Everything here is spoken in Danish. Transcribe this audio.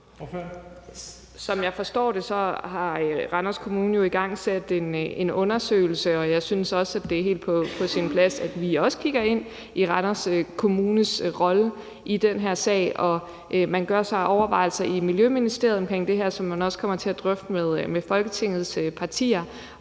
Som jeg forstår det, har Randers Kommune jo igangsat en undersøgelse, og jeg synes også, at det er helt på sin plads, at vi også kigger ind i Randers Kommunes rolle i den her sag. Man gør sig overvejelser i Miljøministeriet omkring det her, som man også kommer til at drøfte med Folketingets partier,